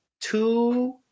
two